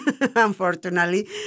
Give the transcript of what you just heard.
unfortunately